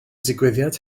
digwyddiad